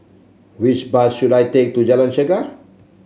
which bus should I take to Jalan Chegar